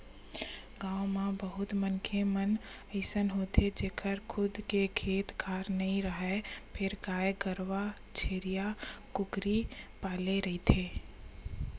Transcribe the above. गाँव म बहुत मनखे मन अइसे होथे जेखर खुद के खेत खार नइ राहय फेर गाय गरूवा छेरीया, कुकरी पाले रहिथे